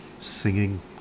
singing